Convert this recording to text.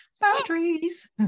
boundaries